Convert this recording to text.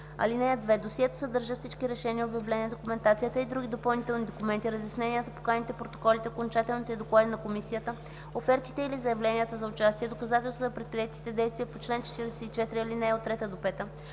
(2) Досието съдържа всички решения, обявления, документацията и други допълнителни документи, разясненията, поканите, протоколите, окончателните доклади на Комисията, офертите или заявленията за участие, доказателства за предприетите действия по чл. 44, ал. 3-5,